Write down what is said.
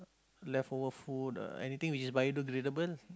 leftover food uh anything which is biodegradable